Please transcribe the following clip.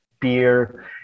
beer